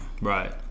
Right